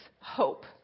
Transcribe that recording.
hope